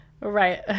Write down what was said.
right